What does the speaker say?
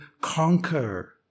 conquer